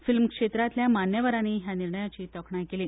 फिल्म क्षेत्रांतल्या मान्यवरांनीय ह्या निर्णयाची तोखणाय केली